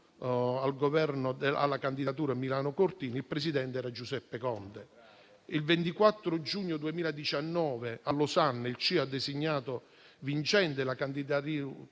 alla candidatura di Milano e Cortina, il presidente era Giuseppe Conte. Il 24 giugno 2019 a Losanna il COI ha designato vincente la candidatura